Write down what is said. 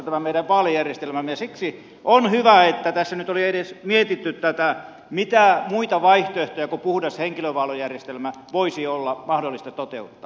tämä meidän vaalijärjestelmämmehän on tietynlaista itsepetosta ja siksi on hyvä että tässä nyt oli edes mietitty tätä mitä muita vaihtoehtoja kuin puhdas henkilövaalijärjestelmä voisi olla mahdollista toteuttaa